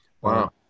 wow